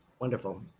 Wonderful